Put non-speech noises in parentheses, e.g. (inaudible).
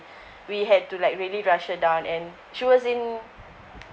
(breath) we had to like really rush her down and she was in